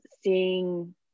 seeing